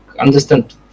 understand